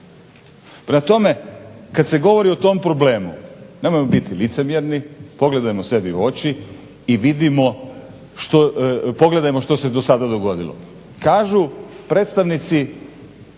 tome, kad se govori o tom problemu nemojmo biti licemjerni, pogledajmo sebi u oči i vidimo, pogledajmo što se do sada dogodilo. Kažu predstavnici